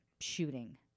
shooting